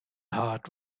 heart